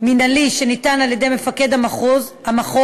מינהלי שניתן על-ידי מפקד המחוז,